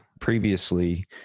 previously